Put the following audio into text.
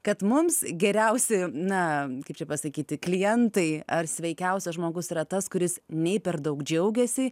kad mums geriausi na kaip čia pasakyti klientai ar sveikiausias žmogus yra tas kuris nei per daug džiaugiasi